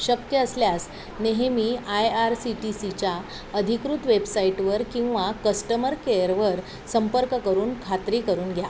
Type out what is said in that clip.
शक्य असल्यास नेहमी IRCTC अधिकृत वेबसाईट वर किंवा कस्टमर केअर वर संपर्क करून खात्री करून घ्या